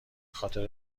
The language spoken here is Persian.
خاطر